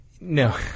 no